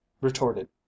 retorted